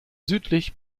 südlich